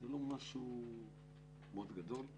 לא משהו מאוד גדול,